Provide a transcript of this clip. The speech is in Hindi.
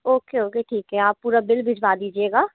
ओके ओके ठीक है आप पूरा बिल भिजवा दीजिएगा